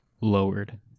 lowered